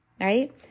right